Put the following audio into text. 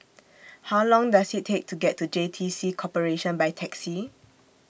How Long Does IT Take to get to J T C Corporation By Taxi